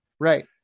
Right